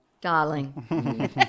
Darling